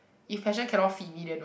if passion cannot feed me then